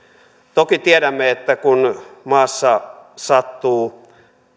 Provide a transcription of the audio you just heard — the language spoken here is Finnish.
toki tiedämme että kun maassa sattuu